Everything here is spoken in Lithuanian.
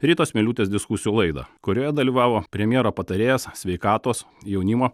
ritos miliūtės diskusijų laidą kurioje dalyvavo premjero patarėjas sveikatos jaunimo